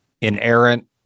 inerrant